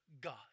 God